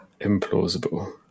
implausible